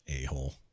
a-hole